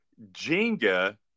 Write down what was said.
Jenga